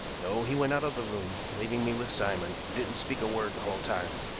no he went out of the room, leaving me with simon, who didn't speak a word the whole time.